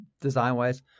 design-wise